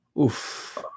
Oof